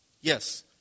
Yes